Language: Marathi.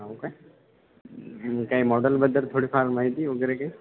हो काय काही मोडलबद्दल थोडीफार माहिती वगैरे काही